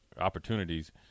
opportunities